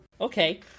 okay